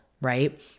right